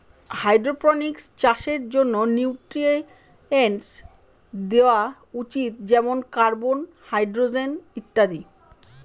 hydroponics চাষের জন্য nutrients দেওয়া উচিত যেমন কার্বন, হাইড্রজেন ইত্যাদি